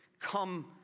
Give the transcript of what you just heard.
Come